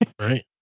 Right